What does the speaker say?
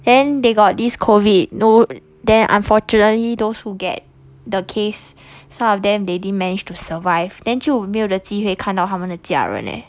then they got this COVID no then unfortunately those who get the case some of them they didn't manage to survive then 就没有的机会看到他们的家人 leh